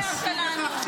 --- ישראל מנהלת מלחמה.